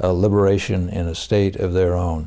a liberation in a state of their own